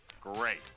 Great